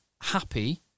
happy